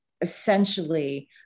essentially